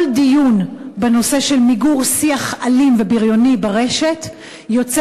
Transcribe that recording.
כל דיון בנושא של מיגור שיח אלים ובריוני ברשת יוצא